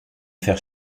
faire